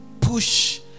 Push